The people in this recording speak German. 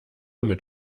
mit